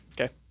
Okay